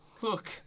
Look